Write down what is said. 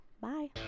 bye